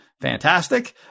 fantastic